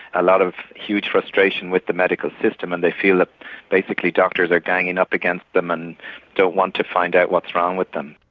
a lot of huge frustration with the medical system and they feel that ah basically doctors are ganging up against them and don't want to find out what's wrong with them.